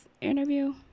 interview